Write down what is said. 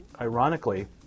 ironically